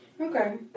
Okay